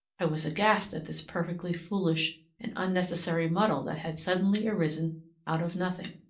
i was aghast at this perfectly foolish and unnecessary muddle that had suddenly arisen out of nothing.